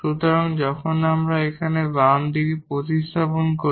সুতরাং যখন আমরা এখানে বাম দিকে প্রতিস্থাপন করি